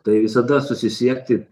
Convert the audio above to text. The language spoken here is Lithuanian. tai visada susisiekti